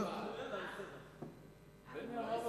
לא, הוא רצה ועדה בסוף, הוא אמר.